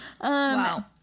Wow